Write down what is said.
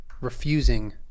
refusing